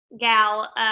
gal